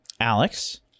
alex